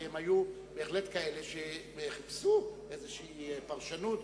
כי הם היו בהחלט כאלה שחיפשו איזו פרשנות,